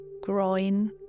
groin